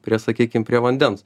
prie sakykim prie vandens